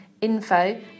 info